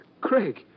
Craig